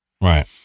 Right